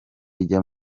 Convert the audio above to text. ijya